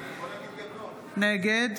נגד